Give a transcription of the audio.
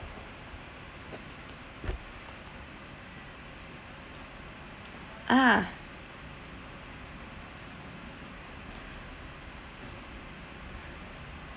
ah